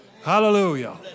Hallelujah